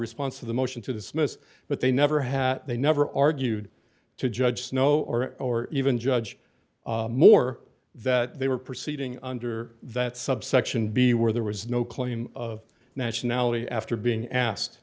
response to the motion to dismiss but they never had they never argued to judge snow or or even judge moore that they were proceeding under that subsection b where there was no claim of nationality after being asked